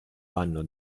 vanno